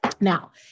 Now